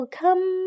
come